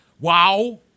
Wow